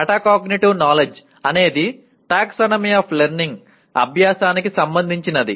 metacognitive knowledge అనేది taxonomy of learning అభ్యాసానికి సంబంధించినది